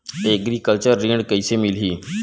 Agriculture ऋण कइसे मिलही?